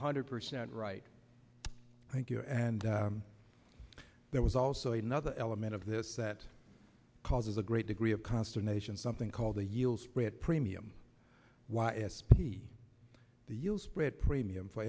hundred percent right thank you and there was also another element of this that causes a great degree of consternation something called the yield spread premium y s p the you'll spread premium for